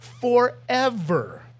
forever